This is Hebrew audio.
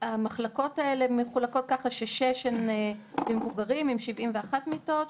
המחלקות מחולקות לשש מחלקות למבוגרים עם 71 מיטות,